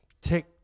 take